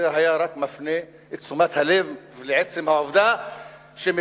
זה היה רק מפנה את תשומת הלב לעצם העובדה שמיליון